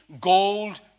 gold